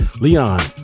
Leon